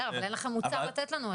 לא, אבל אין לכם מוצר לתת לנו.